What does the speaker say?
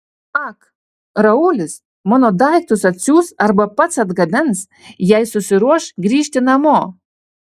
ak raulis mano daiktus atsiųs arba pats atgabens jei susiruoš grįžti namo